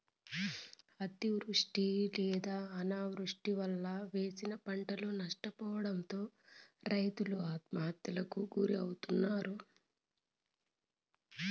అతివృష్టి లేదా అనావృష్టి వలన వేసిన పంటలు నష్టపోవడంతో రైతులు ఆత్మహత్యలకు గురి అవుతన్నారు